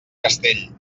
castell